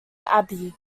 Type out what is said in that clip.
abbey